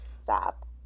Stop